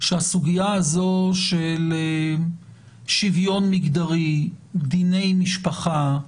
שהסוגיה הזו של שוויון מגדרי, דיני משפחה,